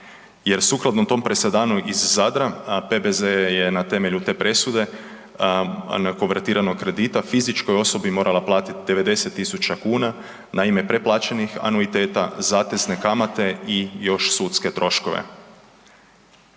jer sukladno tom presedanu iz Zadra PBZ je na temelju te presude konvertiranog kredita fizičkoj osobi morala platiti 90.000 kuna na ime preplaćenih anuiteta, zatezne kamate i još sudske troškove.